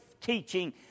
teaching